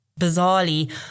Bizarrely